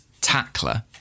tackler